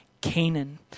Canaan